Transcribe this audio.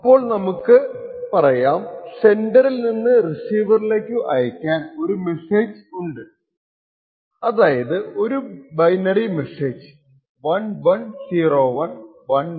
അപ്പോൾ നമുക്ക് പറയാം സെൻഡറിൽ നിന്ന് റിസീവറിലേക്കു അയക്കാൻ ഒരു മെസ്സേജ് ഉണ്ട് അതായത് ഒരു ബൈനറി മെസ്സേജ് 1101101